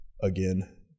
again